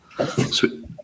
Sweet